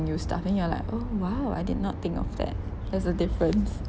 new stuff and you are like oh !wow! I did not think of that there's a difference